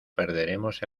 perderemos